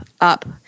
up